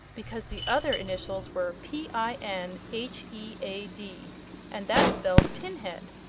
because the other initials were p i n h e a d and that spelled pinhead,